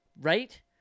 right